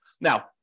Now